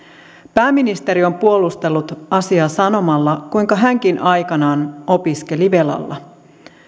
pääministeri on puolustellut asiaa sanomalla kuinka hänkin aikanaan opiskeli velalla